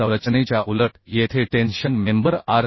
संरचनेच्या उलट येथे टेन्शन मेंबर आर